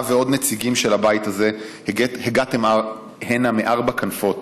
אתה ועוד נציגים של הבית הזה הגעתם הנה מארבע כנפות,